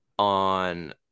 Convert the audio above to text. On